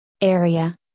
area